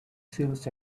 seals